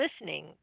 listening